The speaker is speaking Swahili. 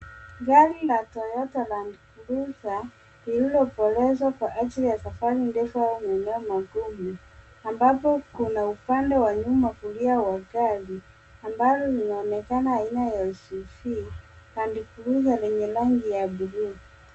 Gari la Toyota Landcruiser lililokolezwa kwa ajili ya safari ndefu na maeneo magumu ,ambapo kuna upande wa nyuma kulia wa gari ambalo linaonekana ni aina ya SUV Landcruiser lenye rangi ya bluu.